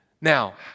Now